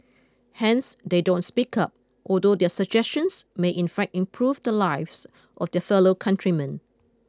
hence they don't speak up although their suggestions may in fact improve the lives of their fellow countrymen